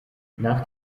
nach